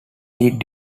lead